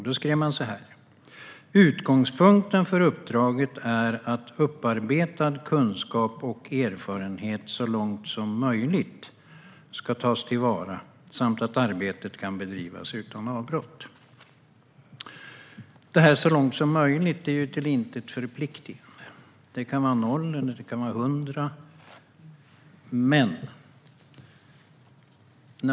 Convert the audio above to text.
Då skrev man så här: "Utgångspunkten vid överförandet är att upparbetad kunskap och erfarenhet så långt möjligt tas tillvara samt att arbetet kan bedrivas utan avbrott." Uttrycket "så långt som möjligt" är ju till intet förpliktande. Det kan vara noll eller hundra.